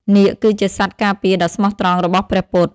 នាគ គឺជាសត្វការពារដ៏ស្មោះត្រង់របស់ ព្រះពុទ្ធ។